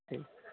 ठीक